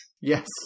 Yes